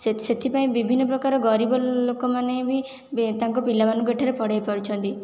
ସେଥିପାଇଁ ବିଭିନ୍ନ ପ୍ରକାର ଗରିବ ଲୋକମାନେ ବି ତାଙ୍କ ପିଲାମାନଙ୍କୁ ଏଠାରେ ପଢ଼େଇ ପାରୁଛନ୍ତି